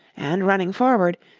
and running forward,